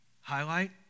highlight